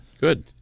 Good